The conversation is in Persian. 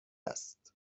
است